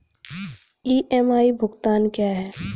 EMI भुगतान क्या है?